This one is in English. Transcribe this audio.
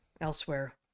elsewhere